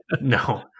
No